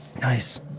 Nice